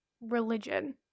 religion